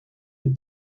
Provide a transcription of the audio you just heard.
you